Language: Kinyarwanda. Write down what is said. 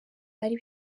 ari